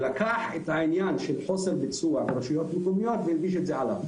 לקח את העניין של חוסר ביצוע ברשויות מקומיות והלביש את זה עליו.